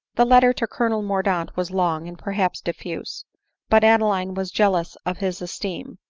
the letter to colonel mordaunt was long, and perhaps diffuse but adeline was jealous of his esteem,